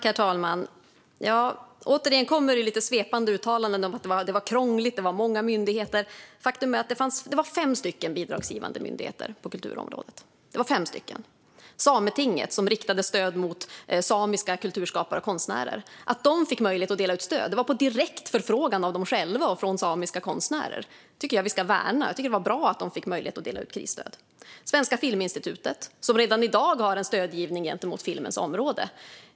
Herr talman! Återigen kommer det lite svepande uttalanden om att det var krångligt och att det var många myndigheter. Faktum är att det var fem bidragsgivande myndigheter på kulturområdet. Sametinget riktade stöd mot samiska kulturskapare och konstnärer. Att de fick möjlighet att dela ut stöd var på direkt förfrågan från dem själva och samiska konstnärer. Jag tycker att vi ska värna detta. Det var bra att de fick möjlighet att dela ut krisstöd. Svenska Filminstitutet har redan i dag stödgivning mot filmens område.